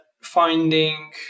finding